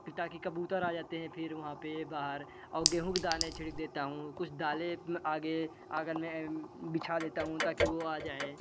ताकि कबूतर आ जाते हैं वहाँ पे फिर बाहर और गेहूं के दाने छिड़क देता हूँ कुछ दाने आगे आँगन में बिछा देता हूँ ताकि वो आ जाएं